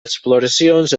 exploracions